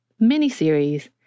miniseries